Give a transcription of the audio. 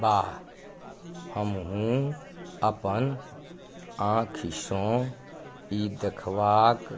वाह हमहुँ अपन आँखिसँ ई देखबाक